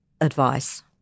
advice